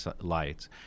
lights